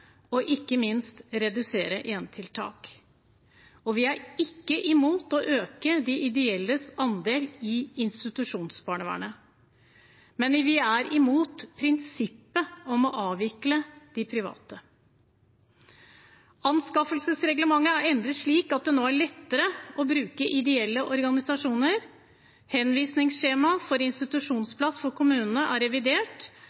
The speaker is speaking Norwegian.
og ikke minst redusere enetiltak, og vi er ikke imot å øke de ideelles andel i institusjonsbarnevernet. Men vi er imot prinsippet om å avvikle de private. Anskaffelsesreglementet er endret slik at det nå er lettere å bruke ideelle organisasjoner. Henvisningsskjemaet for